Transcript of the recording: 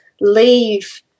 leave